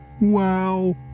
Wow